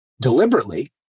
deliberately